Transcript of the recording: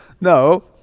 no